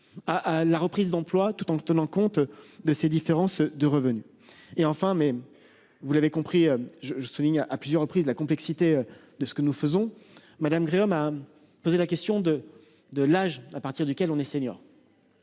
à la reprise d'emploi tout en tenant compte de ces différences de revenus et enfin mais vous l'avez compris, je je souligne à plusieurs reprises la complexité de ce que nous faisons. Madame Gréaume a posé la question de, de l'âge à partir duquel on est senior.